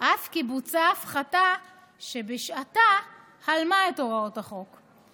אף כי בוצעה הפחתה שבשעתה הלמה את הוראות החוק.